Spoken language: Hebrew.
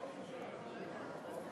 של חבר הכנסת מרגלית,